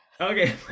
Okay